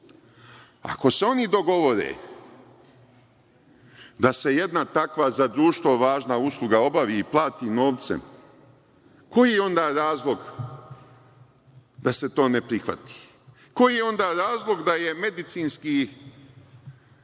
Ako se oni dogovore da se jedna takva za društvo važna usluga obavi i plati novcem, koji je onda razlog da se to ne prihvati? Koji je razlog da je medicinski